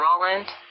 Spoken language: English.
Roland